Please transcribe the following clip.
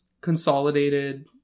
consolidated